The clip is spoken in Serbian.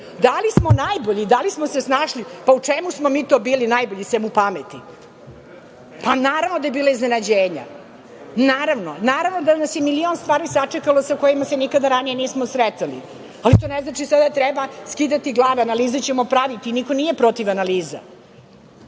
li smo najbolji? Da li smo se snašli? Pa, u čemu smo mi to bili najbolji sem u pameti? Naravno da je bilo iznenađenja. Naravno da nas je milion stvari sačekalo sa kojima se nikada ranije nismo sretali, ali to ne znači sada da treba skidati glave. Analize ćemo praviti, niko nije protiv analiza.